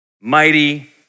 mighty